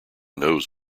knows